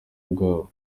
ubwabo